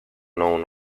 known